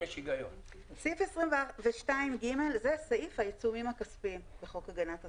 סעיף 22ג הוא סעיף העיצומים הכספיים בחוק הגנת הצרכן.